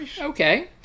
okay